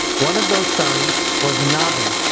one of those sons was nobby,